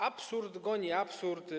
Absurd goni absurd.